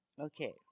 okay